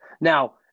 Now